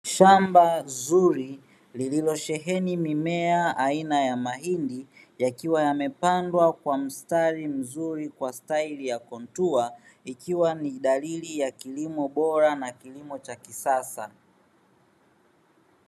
Shamba zuri lililosheheni mimea aina ya mahindi, yakiwa yamepandwa kwa mstari mzuri kwa staili ya kontua, ikiwa ni dalili ya kilimo bora na kilimo cha kisasa.